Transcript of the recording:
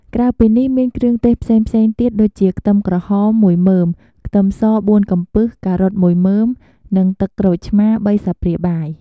ក្រៅពីនេះ មានគ្រឿងទេសផ្សេងៗទៀតដូចជា ខ្ទឹមក្រហម មួយមើម ខ្ទឹមស បួនកំពឹស ការ៉ុតមួយមើម និងទឹកក្រូចឆ្មា បីស្លាបព្រាបាយ។